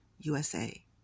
USA